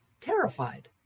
terrified